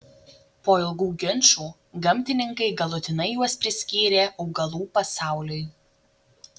po ilgų ginčų gamtininkai galutinai juos priskyrė augalų pasauliui